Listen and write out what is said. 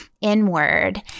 inward